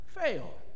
fail